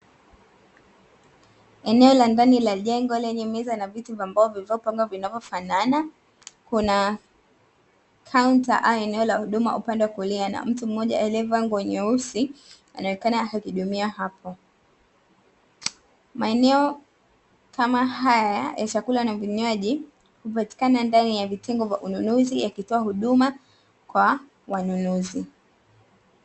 Eneo la ndani ya jengo lenye meza na viti vya mbao vilivyopangwa vinavyo fanana, kuna kaunta au eneo la huduma upande wa kulia na mtu mmoja aliye yalia nguo nyeusi anaonekana akihudumia hapo. Maeneo kama haya ya chakula na vinywaji, hupatikana ndani ya vitengo vya ununuzi yakitoa huduma kwa wanunuzi.